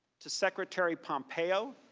to secretary pompeo,